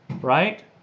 Right